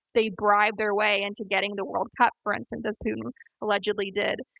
they bribed their way into getting the world cup, for instance, as putin allegedly did.